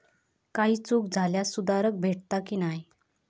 काही चूक झाल्यास सुधारक भेटता की नाय?